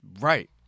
right